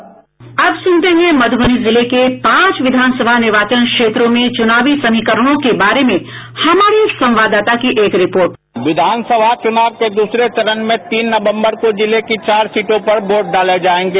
मध्रबनी जिले के पांच विधान सभा निर्वाचन क्षेत्रों में चुनावी समीकरणों के बारे में हमारे संवाददाता की एक रिपोर्ट बाईट अमरनाथ आनंद मधूबनी विधान सभा चुनाव के दूसरे चरण में तीन नवंबर को जिले की चार सीटों पर वोट डाले जायेंगे